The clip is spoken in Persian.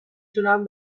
تونم